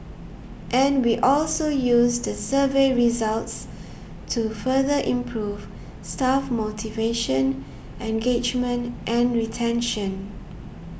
and we also use the survey results to further improve staff motivation engagement and retention